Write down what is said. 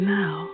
now